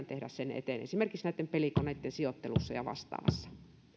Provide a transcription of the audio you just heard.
tehdä sen eteen esimerkiksi pelikoneitten sijoittelussa ja vastaavassa